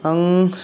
आं